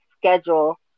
schedule